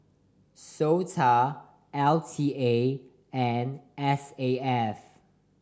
SOTA L T A and S A F